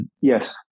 Yes